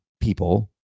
people